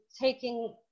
taking